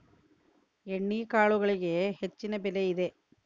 ಎಣ್ಣಿಕಾಳುಗಳಿಗೆ ಹೆಚ್ಚಿನ ಬೆಲೆ ಇದೆ